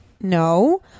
no